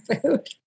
food